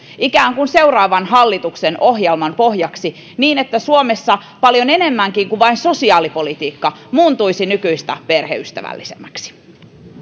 ikään kuin seuraavan hallituksen ohjelman pohjaksi niin että suomessa paljon enemmänkin kuin vain sosiaalipolitiikka muuntuisi nykyistä perheystävällisemmäksi